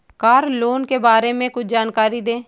Car loan के बारे में कुछ जानकारी दें?